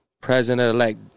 president-elect